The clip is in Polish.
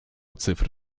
cyfr